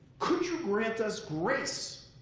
could you grant us grace,